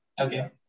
Okay